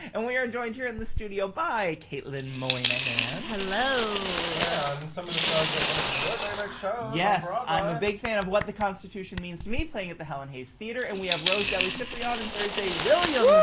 and we are joined here in the studio by caitlin moynihan. hello! and some of the stars of one of your favorite shows! yes, i'm a big fan of what the constitution means to me, playing at the helen hayes theater and we have rosdely ciprian and thursday williams